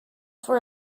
for